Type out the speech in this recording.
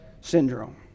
syndrome